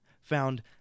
found